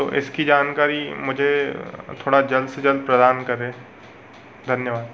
तो इसकी जानकारी मुझे थोड़ा जल्द से जल्द प्रदान करें धन्यवाद